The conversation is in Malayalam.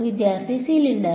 വിദ്യാർത്ഥി സിലിണ്ടർ